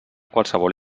qualsevol